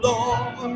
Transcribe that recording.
Lord